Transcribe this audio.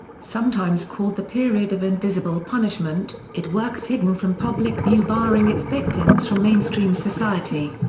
sometimes called the period of invisible punishment, it works hidden from public view barring its victims from mainstream society.